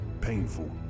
painful